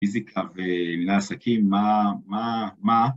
פיזיקה ולעסקים, מה, מה, מה?